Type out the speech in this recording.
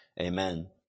Amen